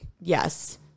Yes